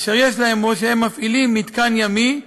אשר יש להם או שהם מפעילים מתקן ימי,